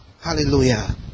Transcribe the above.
hallelujah